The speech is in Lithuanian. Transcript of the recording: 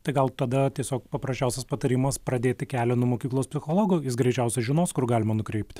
tai gal tada tiesiog paprasčiausias patarimas pradėti kelią nuo mokyklos psichologo jis greičiausiai žinos kur galima nukreipt